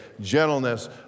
Gentleness